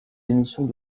émissions